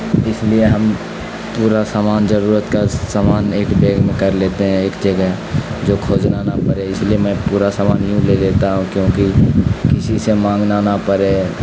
اس لیے ہم پورا سامان ضرورت کا سامان ایک بیگ میں کر لیتے ہیں ایک جگہ جو کھجنا نہ پے اس لیے میں پورا سامان یوں لے لیتا ہوں کیونکہ کسی سے مانگنا نہ پے